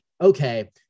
okay